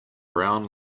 brown